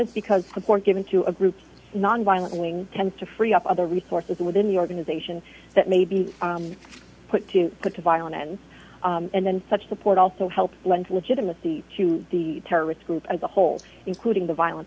is because support given to a group nonviolent wing tends to free up other resources within the organization that may be put to put to violent ends and then such support also helps lend legitimacy to the terrorist group as a whole including the violen